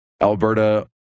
Alberta